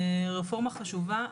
רפורמה חשובה.